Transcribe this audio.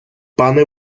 пане